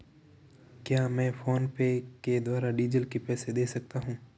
क्या मैं फोनपे के द्वारा डीज़ल के रुपए दे सकता हूं?